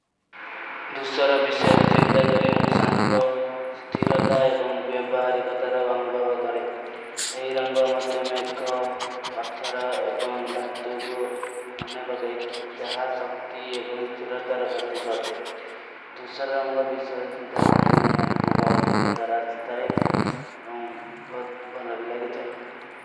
ଦୂସର ଵିଶେର ଚିନ୍ତା କରୀ ମୁଝେ ସଂତୋ, ସ୍ଥୀରତା ଏବଂଗ ଵେବହାରୀ କୋ ତରଵ ଅନୁଭଵ କରେଗା। ଏହୀ ରଂଗ ମତେ ମେଂ ଗ, ପତ୍ଥର, ଏବଂଗ ଧାତ୍ତୁଗୋ ଆନେ ପକେ ଥୈ। ଜହା ସକ୍ତି ଏବଂଗ ସ୍ଥୀରତା ରପରତେ କରତେ। ଦୂସର ରହା ହୂଁଗା ଭୀ ସହାରୀ ଛୁନ୍ତା କରେଂ ଵହନେ କୁଛ ବହୁତ ଛୁନ୍ତା ରହା ଥୀ ଥାଈ ଔର ହମ ବହୁତ ଭଲା ଭୀ ଲଗେ ଥାଈ।